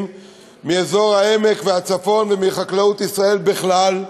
מאזור העמק והצפון ומחקלאות ישראל בכלל,